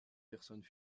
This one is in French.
personnes